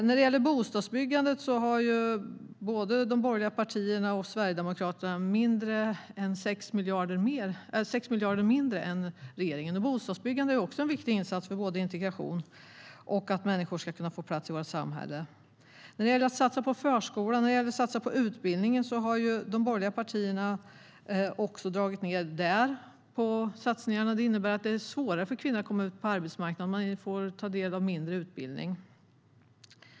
När det gäller bostadsbyggande har både de borgerliga partierna och Sverigedemokraterna 6 miljarder mindre än regeringen. Bostadsbyggande är också en viktig insats för integration och för att människor ska kunna få plats i vårt samhälle. De borgerliga partierna har dragit ned på satsningarna på förskolan och på utbildningen. Det innebär att det blir svårare för kvinnor att komma ut på arbetsmarknaden, eftersom de får mindre utbildning.